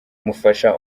mufasha